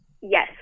Yes